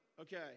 Okay